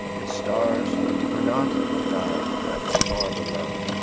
its stars were not above but far below,